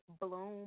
Bloom